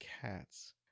cats